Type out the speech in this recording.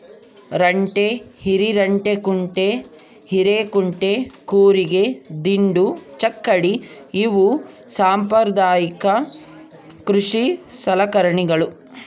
ರಂಟೆ ಹಿರೆರಂಟೆಕುಂಟೆ ಹಿರೇಕುಂಟೆ ಕೂರಿಗೆ ದಿಂಡು ಚಕ್ಕಡಿ ಇವು ಸಾಂಪ್ರದಾಯಿಕ ಕೃಷಿ ಸಲಕರಣೆಗಳು